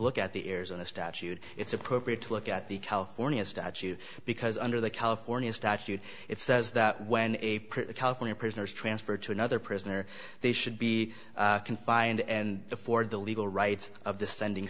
look at the arizona statute it's appropriate to look at the california statute because under the california statute it says that when a pretty california prisoners transfer to another prisoner they should be confined and afford the legal rights of the sending